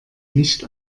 nicht